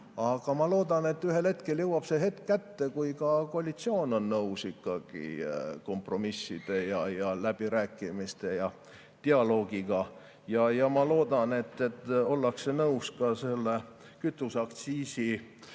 aga ma loodan, et ühel hetkel jõuab see hetk kätte, kui koalitsioon on nõus kompromisside, läbirääkimiste ja dialoogiga. Ja ma loodan, et ollakse nõus ka kütuseaktsiisi